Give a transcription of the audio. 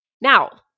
Now